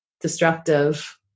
destructive